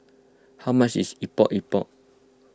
how much is Epok Epok